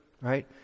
Right